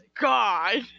god